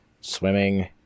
swimming